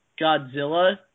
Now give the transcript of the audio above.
Godzilla